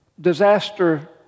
disaster